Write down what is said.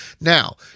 Now